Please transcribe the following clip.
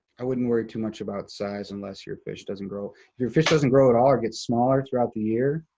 i wouldn't worry too much about size unless your fish doesn't grow. if your fish doesn't grow at all or gets smaller throughout the year,